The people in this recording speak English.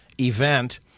event